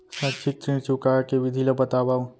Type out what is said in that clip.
शैक्षिक ऋण चुकाए के विधि ला बतावव